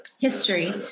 history